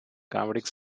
comedic